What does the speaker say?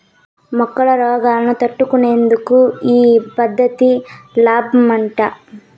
మొక్కల రోగాలను తట్టుకునేందుకు ఈ పద్ధతి లాబ్మట